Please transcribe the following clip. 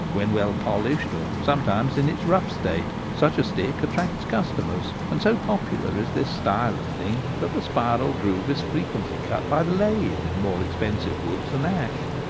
when well polished, or sometimes in its rough state, such a stick attracts customers and so popular is this style of thing that the spiral groove is frequently cut by the lathe in more expensive woods than ash.